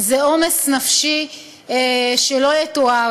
זה עומס נפשי שלא יתואר.